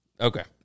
Okay